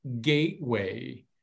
gateway